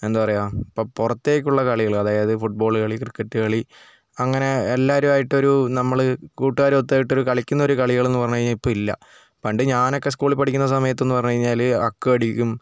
എന്താ പറയുക ഇപ്പം പുറത്തേക്കുള്ള കളികൾ അതായത് ഫുട്ബോള് കളി ക്രിക്കറ്റ് കളി അങ്ങനെ എല്ലാവരുമായിട്ടൊരു നമ്മൾ കൂട്ടുകാരൊത്തായിട്ടൊരു കളിക്കുന്നൊരു കളികളെന്നു പറഞ്ഞു കഴിഞ്ഞാൽ ഇപ്പോൾ ഇല്ല പണ്ട് ഞാനൊക്കെ സ്ക്കൂളിൽ പഠിക്കുന്ന സമയത്തെന്ന് പറഞ്ഞു കഴിഞ്ഞാൽ അക്ക് കളിക്കും